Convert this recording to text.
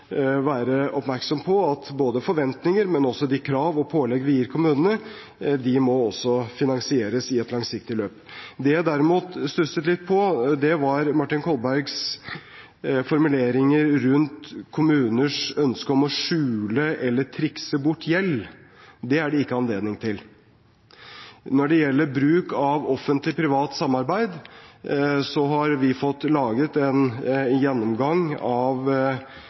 være oppmerksom på at både forventninger og de krav og pålegg vi gir kommunene, også må finansieres i et langsiktig løp. Det jeg derimot stusset litt over, var Martin Kolbergs formuleringer rundt kommuners ønsker om å skjule eller trikse bort gjeld. Det er det ikke anledning til. Når det gjelder bruk av offentlig–privat samarbeid, har vi fått laget en gjennomgang av